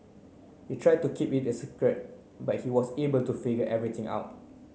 they tried to keep it a secret but he was able to figure everything out